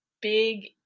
big